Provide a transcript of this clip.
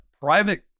private